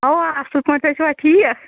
اَوا اَصٕل پٲٹھۍ تُہۍ ٲسۍوَ ٹھیٖک